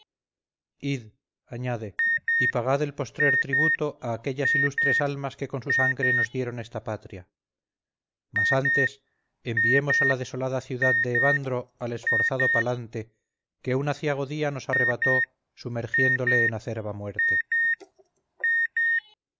añade y pagad el postrer tributo a aquellas ilustres almas que con su sangre nos dieron esta patria mas antes enviemos a la desolada ciudad de evandro al esforzado palante que un aciago día nos arrebató sumergiéndole en acerba muerte